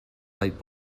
light